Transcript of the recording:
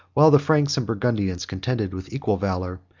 while the franks and burgundians contended with equal valor,